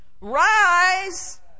Rise